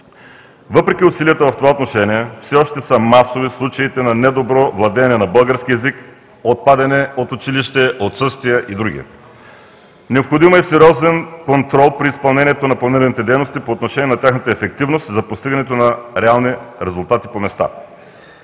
Въпреки усилията в това отношение все още са масови случаите на недобро владеене на български език, отпадане от училище, отсъствие и други. Необходим е сериозен контрол при изпълнението на планираните дейности по отношение на тяхната ефективност за постигането на реални резултати по места.